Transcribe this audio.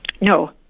No